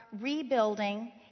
rebuilding